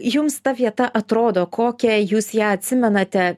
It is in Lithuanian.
jums ta vieta atrodo kokią jūs ją atsimenate